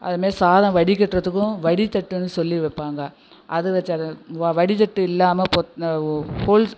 அதுமாரி சாதம் வடிக்கட்டுறதுக்கும் வடிதட்டுன்னு சொல்லி வைப்பாங்க அது வச்சாலே வடி தட்டு இல்லாமல் ஹோல்ஸ்